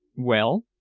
well?